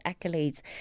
accolades